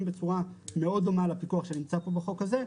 בצורה מאוד דומה לפיקוח שנמצא פה בחוק הזה,